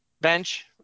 bench